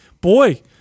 Boy